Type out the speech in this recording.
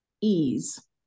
ease